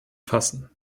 fassen